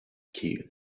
ciall